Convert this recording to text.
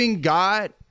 God